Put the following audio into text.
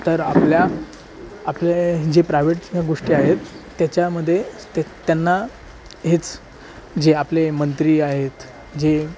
तर आपल्या आपल्या जे प्रायवेट गोष्टी आहेत त्याच्यामध्ये ते त्यांना हेच जे आपले मंत्री आहेत जे